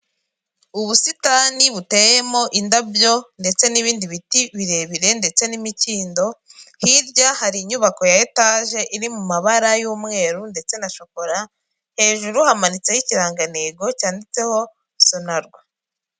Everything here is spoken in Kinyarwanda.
Ubusitani buteyemo indabyo ndetse n'ibindi biti birebire ndetse n'imikindo, hirya hari inyubako ya etage iri mu mabara y'umweru ndetse na shokora, hejuru hamanitseho ikirangantego cyanditseho sonarwa.